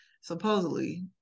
supposedly